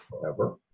forever